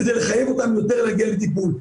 כדי לחייב אותן יותר להגיע לטיפול.